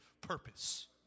purpose